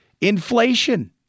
inflation